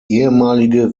ehemalige